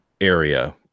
area